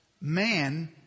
man